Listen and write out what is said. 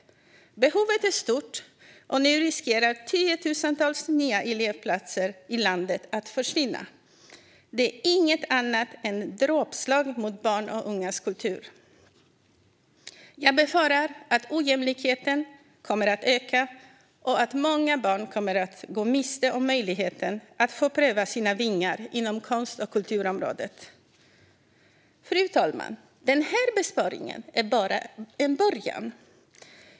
Behovet är stort, och nu riskerar tiotusentals nya elevplatser i landet att försvinna. Det är inget annat än ett dråpslag mot barns och ungas kultur. Jag befarar att ojämlikheten kommer att öka och att många barn kommer att gå miste om möjligheten att få pröva sina vingar inom konst och kulturområdet. Fru talman! Den här besparingen är bara början.